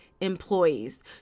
employees